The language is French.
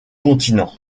continent